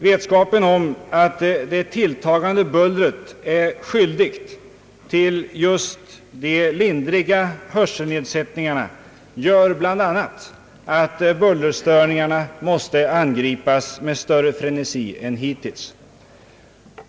Vetskapen om att det tilltagande bullret i hög grad är skyldigt till just de lindriga hörselnedsättningarna gör bl.a. att bullerstörningarna måste angripas med större frenesi än hittills.